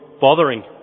bothering